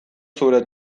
zure